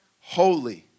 holy